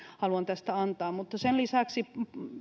haluan antaa mutta sen lisäksi